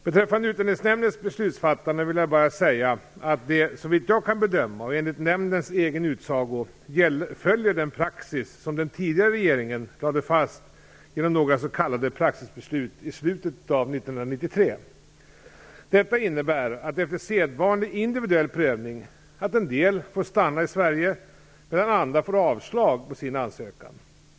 Beträffande Utlänningsnämndens beslutsfattande vill jag bara säga att de, såvitt jag kan bedöma och enligt nämndens egen utsago, följer den praxis som den tidigare regeringen lade fast genom några s.k. praxisbeslut i slutet av 1993. Detta innebär att en del får stanna i Sverige efter sedvanlig individuell prövning, medan andra får avslag på sin ansökan.